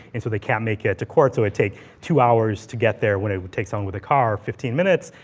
and so they can't make it to court. so it'd take two hours to get there, when it would take someone with a car fifteen minutes,